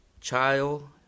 child